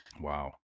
wow